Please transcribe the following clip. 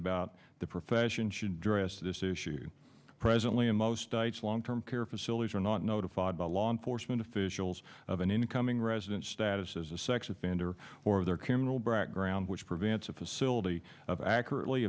about the profession should address this issue presently in most states long term care facilities are not notified by law enforcement officials of an incoming resident status as a sex offender or their criminal background which prevents a facility of accurately